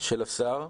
של השר.